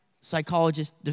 psychologist